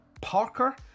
Parker